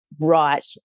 right